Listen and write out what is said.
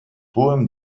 hohem